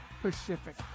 Pacific